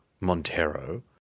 Montero